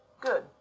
Good